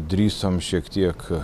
drįsom šiek tiek